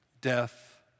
death